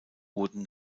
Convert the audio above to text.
wurden